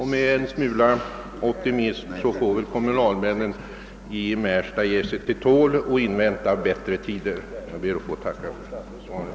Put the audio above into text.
Kommunalmännen i Märsta får väl försöka vara optimistiska, ge sig till tåls och invänta bättre tider. Jag tackar än en gång för svaret.